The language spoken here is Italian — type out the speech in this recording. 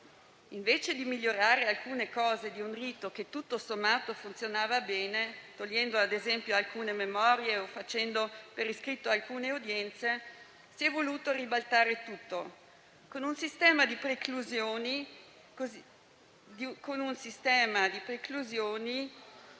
invece di migliorare alcuni aspetti di un rito che - tutto sommato - funzionava bene, togliendo ad esempio alcune memorie o facendo per iscritto alcune udienze, si è voluto ribaltare tutto, con un sistema di preclusioni